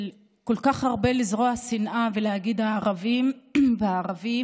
של כל כך הרבה לזרוע שנאה ולהגיד הערבים והערבים